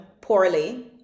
poorly